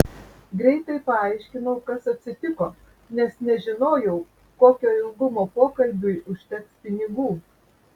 greitai paaiškinau kas atsitiko nes nežinojau kokio ilgumo pokalbiui užteks pinigų